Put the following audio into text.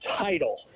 title